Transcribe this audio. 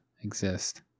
exist